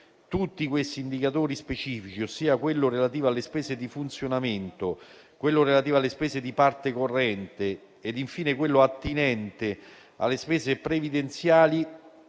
Tutti questi indicatori specifici, ossia quello relativo alle spese di funzionamento, quello relativo alle spese di parte corrente ed infine quello attinente alle spese previdenziali,